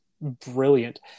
brilliant